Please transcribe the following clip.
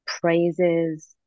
praises